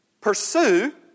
pursue